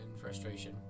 frustration